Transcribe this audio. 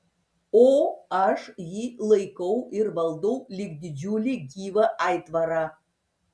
o aš jį laikau ir valdau lyg didžiulį gyvą aitvarą